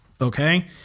Okay